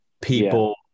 people